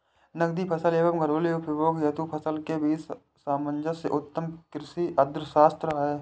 नकदी फसल एवं घरेलू उपभोग हेतु फसल के बीच सामंजस्य उत्तम कृषि अर्थशास्त्र है